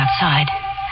outside